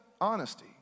honesty